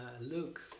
Luke